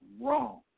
wrong